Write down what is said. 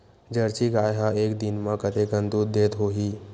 Jersey गाय ह एक दिन म कतेकन दूध देत होही?